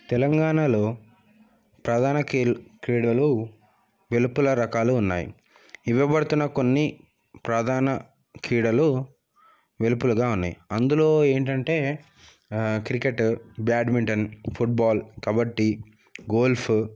తెలంగాణలో ప్రధాన కిల్ క్రీడలు వెలుపల రకాలు ఉన్నాయి ఇవ్వబడుతున్న కొన్ని ప్రధాన క్రీడలు వెలుపలగా ఉన్నాయి అందులో ఏంటంటే ఆ cricket badminton football kabaddi golf